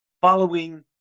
following